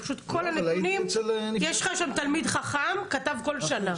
פשוט כל הנתונים, יש לך שם תלמיד חכם, כתב כל שנה.